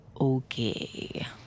Okay